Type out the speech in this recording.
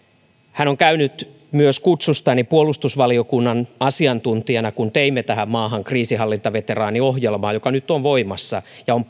hän on käynyt kutsustani myös puolustusvaliokunnan asiantuntijana kun teimme tähän maahan kriisinhallintaveteraaniohjelmaa joka nyt on voimassa ja on